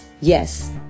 Yes